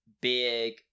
big